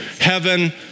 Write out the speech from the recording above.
heaven